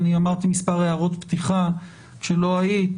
אני אמרתי מספר הערות פתיחה כשלא היית,